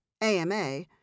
AMA